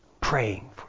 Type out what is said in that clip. praying